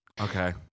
Okay